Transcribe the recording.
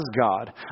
God